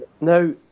Now